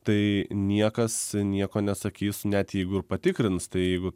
tai niekas nieko nesakys net jeigu ir patikrins tai jeigu